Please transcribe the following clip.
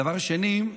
דבר שני,